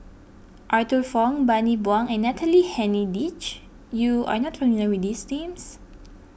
Arthur Fong Bani Buang and Natalie Hennedige you are not familiar with these names